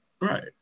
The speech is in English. Right